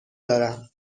دارم